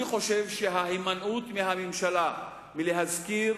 אני חושב שההימנעות של הממשלה מלהזכיר